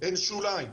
אין שוליים.